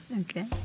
okay